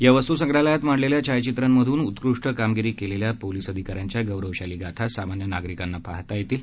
या वस्तूसंग्राहलयात मांडलेल्या छायाचित्रांतून उत्कृष्ट कामगिरी केलेल्या पोलिस अधिकाऱ्यांच्या गौरवशाली गाथा सामान्य नागरिकांना पाहता येतील